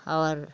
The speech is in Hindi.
और